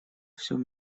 всем